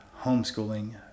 homeschooling